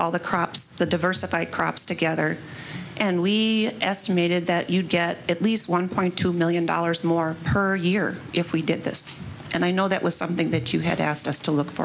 all the crops to diversify crops together and we estimated that you'd get at least one point two million dollars more per year if we did this and i know that was something that you had asked us to look for